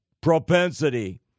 propensity